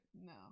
No